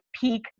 peak